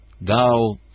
Thou